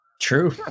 True